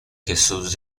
jesús